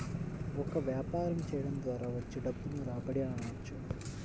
ఒక వ్యాపారం చేయడం ద్వారా వచ్చే డబ్బును రాబడి అనవచ్చు